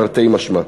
תרתי משמע.